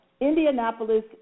Indianapolis